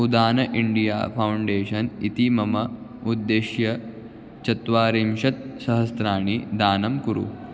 उदान India Foundation इति मम उद्देश्य चत्वारिंशत्सहस्राणि दानं कुरु